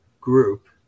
group